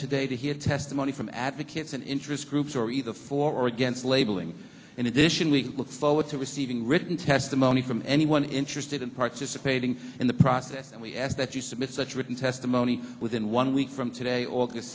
today to hear testimony from advocates and interest groups are either for or against labeling in addition we look forward to receiving written testimony from anyone interested in participating in the process and we ask that you submit such written testimony within one week from today august